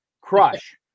crush